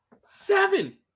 seven